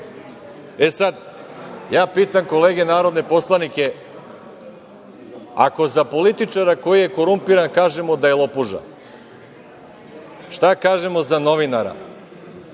ja pitam kolege narodne poslanike, ako za političara koji je korumpiran kažemo da je lopuža, šta kažemo za novinara